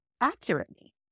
accurately